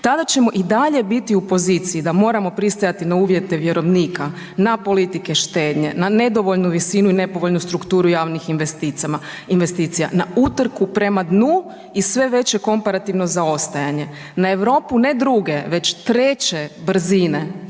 tada ćemo i dalje biti u poziciji da moramo pristajati na uvjete vjerovnika, na politike štednje, na nedovoljnu visinu i nepovoljnu strukturu javnih investicija, na utrku prema dnu i sve veće komparativno zaostajanje. Na Europu, ne druge, već treće brzine